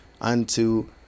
unto